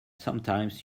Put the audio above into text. sometimes